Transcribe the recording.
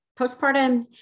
postpartum